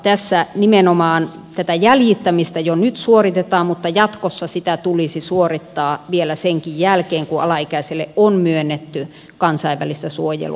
tässä nimenomaan tätä jäljittämistä jo nyt suoritetaan mutta jatkossa sitä tulisi suorittaa vielä senkin jälkeen kun alaikäiselle on myönnetty kansainvälistä suojelua